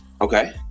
Okay